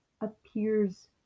appears